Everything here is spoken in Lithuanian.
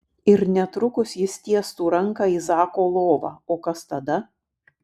ir netrukus jis tiestų ranką į zako lovą o kas tada